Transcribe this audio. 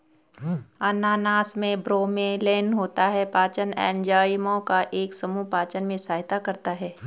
अनानास में ब्रोमेलैन होता है, पाचन एंजाइमों का एक समूह पाचन में सहायता करता है